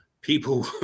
people